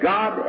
God